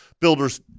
Builders